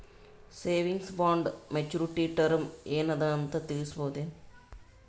Savings bond maturity term ಏನ ಅದ ಅಂತ ತಿಳಸಬಹುದೇನು?